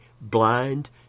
blind